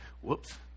whoops